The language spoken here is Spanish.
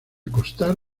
constar